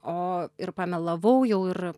o ir pamelavau jau ir